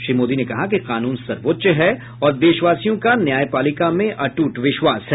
श्री मोदी ने कहा कि कानून सर्वोच्च है और देशवासियों का न्यायपालिका में अटूट विश्वास है